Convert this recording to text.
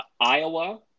Iowa